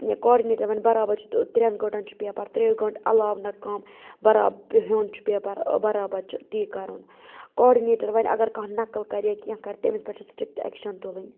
coordinator وَنہِ بَرابَر چھ ترِٛیٚن گٲنٹَن چھُ پیپَر ترٛیو گٲنٹو عَلاوٕ نَہ کَم بَرا بیٚون چھُ پیپَر بَرابَر چھُ تی کَرُن کاڈنیٹَر وَنہِ اَگَر کَانٛہہ نَقَل کَرِ یا کیٚنٛہہ کَرِ تٔمِس پٮ۪ٹھ چھِ سٹرک ایٚکشَن تُلٕنۍ